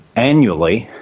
annually,